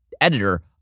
editor